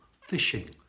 fishing